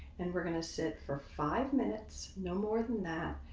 and we're going to sit for five minutes. no more than that.